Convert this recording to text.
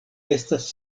estas